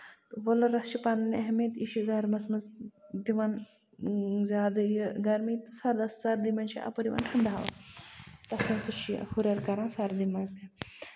وۄلرَس چھِ پَنٕنۍ اہمِیت یہِ چھُ گرمَس منٛز دِوان زیادٕ یہِ گرمی تہٕ سَردی منٛز سردی منٛز چھُ اَپٲرۍ یِوان ٹھنڈٕ ہَوا تَتھ منٛز تہِ چھُ یہِ ہُرٮ۪ر کران سردی منٛز تہِ